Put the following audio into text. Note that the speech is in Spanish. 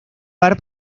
bar